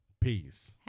Peace